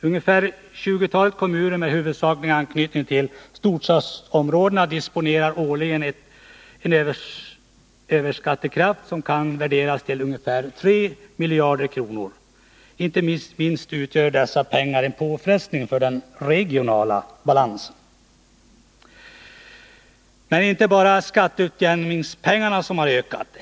Ungefär 20 kommuner med huvudsaklig anknytning till storstadsområdena disponerar årligen en överskattekraft som kan värderas till ungefär 3 miljarder kronor. Inte minst utgör dessa pengar en påfrestning på den regionala balansen. Men det är inte bara skatteutjämningspengarna som ökat.